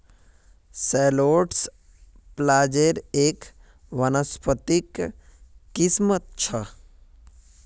shallots प्याज़ेर एक वानस्पतिक किस्म छ